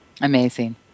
Amazing